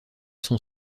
sont